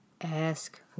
Ask